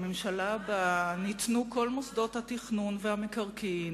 בממשלה הבאה ניתנו כל מוסדות התכנון והמקרקעין